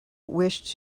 wished